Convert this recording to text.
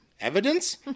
Evidence